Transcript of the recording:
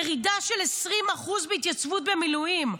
של ירידה של 20% התייצבות במילואים,